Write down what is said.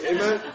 Amen